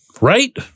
right